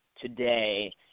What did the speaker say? today